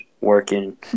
working